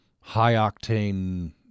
high-octane